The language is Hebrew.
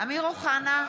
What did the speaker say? אמיר אוחנה,